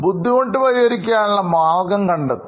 ബുദ്ധിമുട്ട്പരിഹരിക്കാനുള്ള മാർഗം കണ്ടെത്തി